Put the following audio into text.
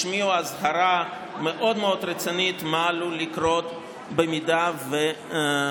אזהרה מאוד מאוד רצינית ממה שעלול לקרות אם בסופו